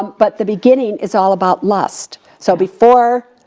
but the beginning is all about lust. so before,